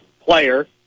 player